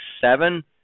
seven